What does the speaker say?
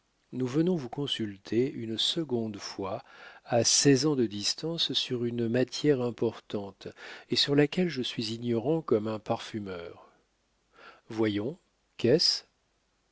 nous venons vous consulter une seconde fois à seize ans de distance sur une matière importante et sur laquelle je suis ignorant comme un parfumeur voyons qu'est-ce